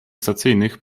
stacyjnych